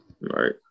Right